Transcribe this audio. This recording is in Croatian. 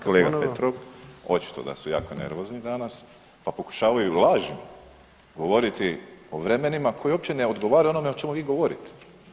Kolega Petrov, očito da su jako nervozni danas pa pokušavaju laži govoriti o vremenima koji uopće ne odgovaraju onome o čemu vi govorite.